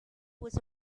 was